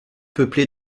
peuplée